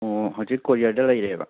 ꯑꯣ ꯍꯧꯖꯤꯛ ꯀꯣꯔꯤꯌꯔꯗ ꯂꯩꯔꯦꯕ